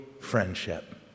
friendship